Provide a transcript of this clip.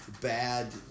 bad